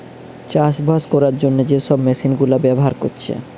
চাষবাস কোরার জন্যে যে সব মেশিন গুলা ব্যাভার কোরছে